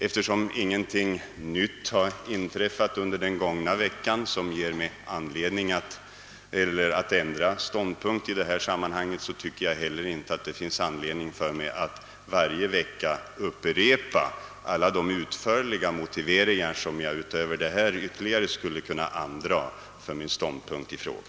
Eftersom det under den gångna veckan inte har inträffat något som ger mig anledning ändra ståndpunkt, tycker jag inte heller att jag i dag behöver upprepa de utförligare motiveringar jag förra veckan anförde för att motivera min ståndpunkt i denna fråga.